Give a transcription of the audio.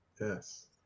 yes